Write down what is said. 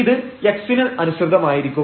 ഇത് x ന് അനുസൃതമായിരിക്കും